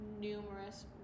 numerous